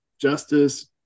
Justice